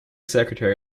secretary